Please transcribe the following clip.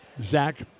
Zach